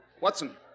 Watson